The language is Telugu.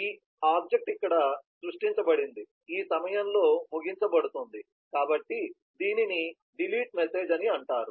ఈ ఆబ్జెక్ట్ ఇక్కడ సృష్టించబడింది ఈ సమయంలో ముగించబడుతుంది కాబట్టి దీనిని డిలీట్ మెసేజ్ అంటారు